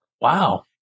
wow